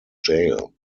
jail